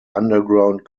underground